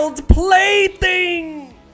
plaything